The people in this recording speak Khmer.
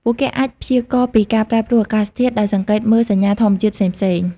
ពួកគេអាចព្យាករណ៍ពីការប្រែប្រួលអាកាសធាតុដោយសង្កេតមើលសញ្ញាធម្មជាតិផ្សេងៗ។